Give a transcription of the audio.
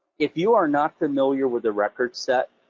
if you are not familiar with the record set,